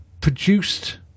produced